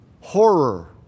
horror